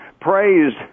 praised